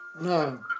No